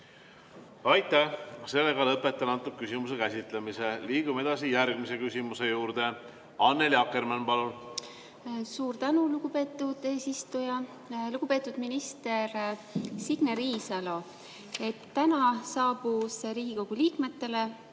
Aitäh! Lõpetan selle küsimuse käsitlemise. Liigume edasi järgmise küsimuse juurde. Annely Akkermann, palun! Suur tänu, lugupeetud eesistuja! Lugupeetud minister Signe Riisalo! Täna saabus Riigikogu liikmetele